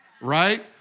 Right